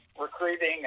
recruiting